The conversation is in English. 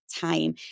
time